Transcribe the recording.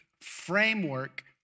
framework